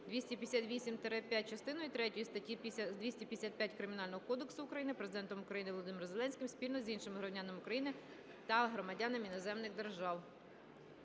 258-5, частиною третьою статті 255 Кримінального кодексу України Президентом України Володимиром Зеленським спільно з іншими громадянами України та громадянами іноземних держав.